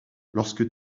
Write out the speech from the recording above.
lorsque